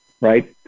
right